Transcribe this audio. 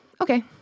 Okay